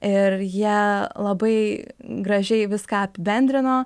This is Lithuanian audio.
ir jie labai gražiai viską apibendrino